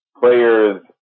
players